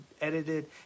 edited